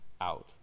out